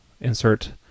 insert